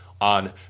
on